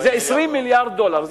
זה 20 מיליארד דולר.